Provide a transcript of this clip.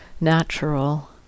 natural